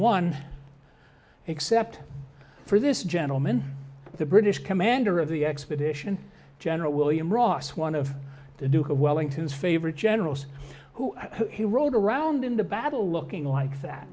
one except for this gentleman the british commander of the expedition general william ross one of the duke of wellington's favorite generals who he rode around in the battle looking like that